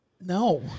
No